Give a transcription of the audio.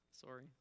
Sorry